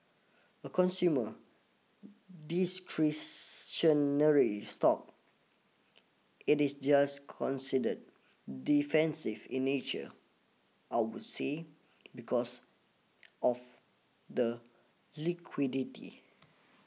a consumer discretionary stock it is just considered defensive in nature I would say because of the liquidity